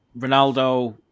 Ronaldo